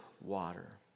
water